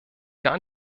gar